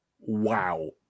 wow